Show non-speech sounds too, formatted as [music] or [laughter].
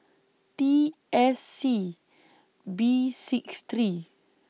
T S C B six three [noise]